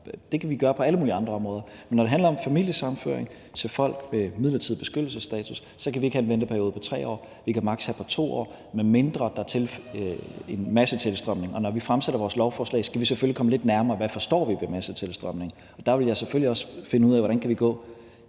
det kan man gøre på alle mulige andre områder. Men når det handler om familiesammenføring til folk med midlertidig beskyttelsesstatus, kan vi ikke have en venteperiode på 3 år. Vi kan maks. have en på 2 år, medmindre der er en massetilstrømning, og når vi fremsætter vores lovforslag, skal vi selvfølgelig komme lidt nærmere, hvad vi forstår ved massetilstrømning, og der vil jeg selvfølgelig også finde ud af, hvordan vi kan gå